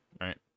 right